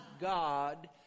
God